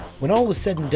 when all is said and done,